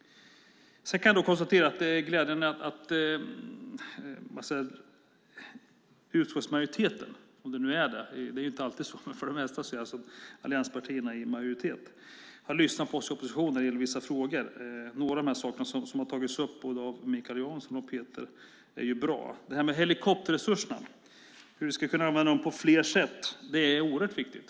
Jag kan konstatera att det är glädjande att utskottsmajoriteten - om det nu är det; det är inte alltid så, men för det mesta är allianspartierna i majoritet - har lyssnat på oss i oppositionen när det gäller vissa frågor. Några av de saker som har tagits upp av både Mikael Jansson och Peter Rådberg är bra. Hur vi ska kunna använda helikopterresurserna på flera sätt är oerhört viktigt.